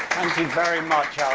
you very much.